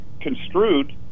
construed